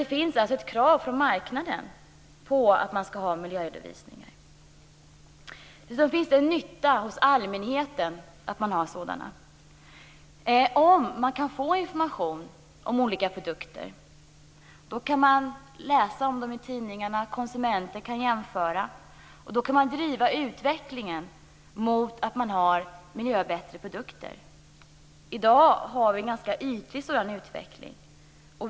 Det finns alltså ett krav från marknaden på att man skall ha miljöredovisningar. Allmänheten kan ha nytta av att få information om olika produkter, då kan konsumenterna läsa om dem i tidningarna och jämföra olika produkter. Då kan utvecklingen drivas i riktning mot produkter som är bättre för miljön. I dag har vi en ganska ytlig sådan utveckling.